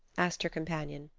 asked her companion.